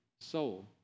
soul